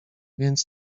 więc